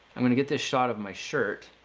i'm going to get this shot of my shirt.